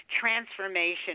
transformation